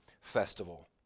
festival